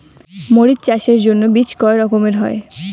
মরিচ চাষের জন্য বীজ কয় রকমের হয়?